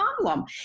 Problem